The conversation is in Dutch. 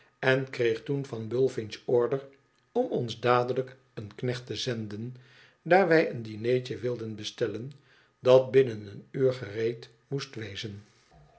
enkreeg toen van bullfinch order om ons dadelijk een knecht te zenden daar wij een dinertje wilden bestellen dat binnen een uur gereed moest wezen